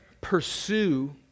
pursue